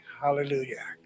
Hallelujah